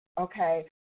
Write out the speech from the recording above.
okay